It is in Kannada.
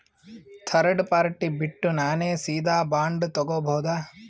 ಥರ್ಡ್ ಪಾರ್ಟಿ ಬಿಟ್ಟು ನಾನೇ ಸೀದಾ ಬಾಂಡ್ ತೋಗೊಭೌದಾ?